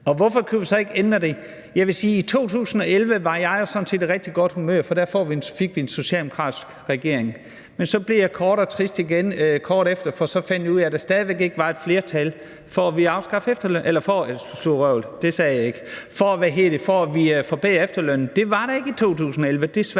Hvorfor kunne vi så ikke ændre det? Jeg vil sige, at i 2011 var jeg jo sådan set i rigtig godt humør, for der fik vi en socialdemokratisk regering. Men så blev jeg kort efter trist igen, for så fandt jeg ud af, at der stadig væk ikke var et flertal for, at vi forbedrede efterlønnen. Det var der ikke i 2011,